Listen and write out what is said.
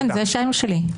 כן, זה השם שלי.